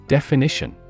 Definition